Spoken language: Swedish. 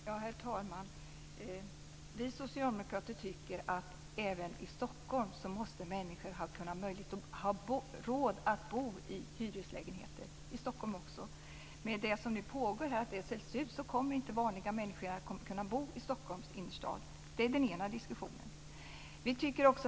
Herr talman! Vi socialdemokrater tycker att människor även i Stockholm ska ha råd att bo i hyreslägenheter. I och med det som pågår, att de säljs ut, kommer inte vanliga människor att kunna bo i Stockholms innerstad. Det är den ena diskussionen.